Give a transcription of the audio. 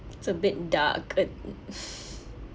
it's a bit dark uh